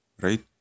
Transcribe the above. right